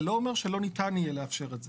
זה לא אומר שלא ניתן יהיה לאפשר את זה.